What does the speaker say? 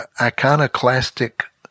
iconoclastic